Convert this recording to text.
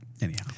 Anyhow